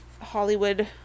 Hollywood